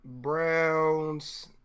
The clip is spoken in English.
Browns